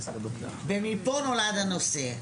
ומפה נולד הנושא.